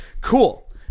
Cool